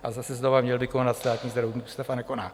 A zase znova, měl by konat Státní zdravotní ústav, a nekoná.